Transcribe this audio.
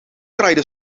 kraaide